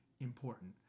important